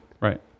Right